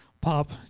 Pop